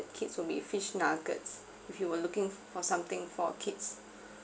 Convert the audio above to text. kids will be fish nuggets if you were looking for something for kids